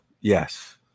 Yes